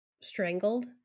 strangled